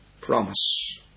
promise